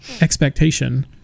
expectation